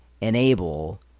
enable